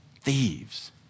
thieves